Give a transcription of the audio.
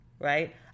right